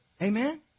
Amen